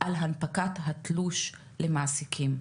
על הנפקת התלוש למעסיקים.